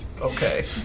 Okay